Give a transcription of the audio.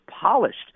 polished